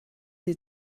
sie